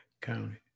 County